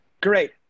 Great